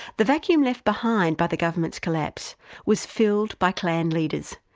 the vacuum left behind by the government's collapse was filled by clan leaders,